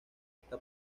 esta